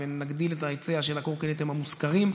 ונגדיל את ההיצע של הקורקינטים המושכרים.